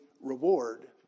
reward